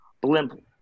blimp